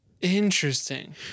Interesting